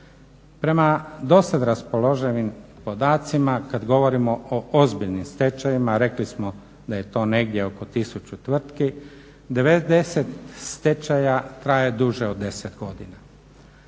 Prema do sada raspoloženim podacima kada govorimo o ozbiljnim stečajevima rekli smo da je to negdje oko tisuću tvrtki, 90 stečaja traje duže od 10 godina.